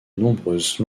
nombreuses